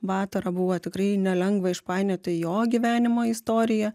batorą buvo tikrai nelengva išpainioti jo gyvenimo istoriją